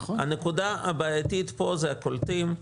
הנקודה הבעייתית פה זה הקולטים,